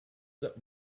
that